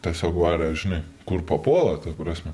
tiesiog varė žinai kur papuola ta prasme